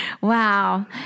wow